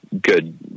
good